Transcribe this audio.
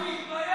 בגלל שהוא ערבי.